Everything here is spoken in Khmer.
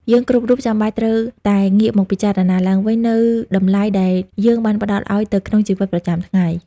យើងគ្រប់រូបចាំបាច់ត្រូវតែងាកមកពិចារណាឡើងវិញនូវតម្លៃដែលយើងបានផ្ដល់ឲ្យនៅក្នុងជីវិតប្រចាំថ្ងៃ។